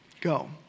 Go